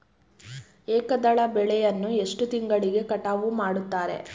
ಏಕದಳ ಬೆಳೆಯನ್ನು ಎಷ್ಟು ತಿಂಗಳಿಗೆ ಕಟಾವು ಮಾಡುತ್ತಾರೆ?